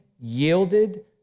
yielded